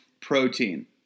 protein